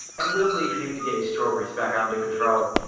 and we'll leave him to get his strawberries back under control.